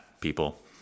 people